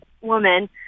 woman